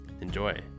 Enjoy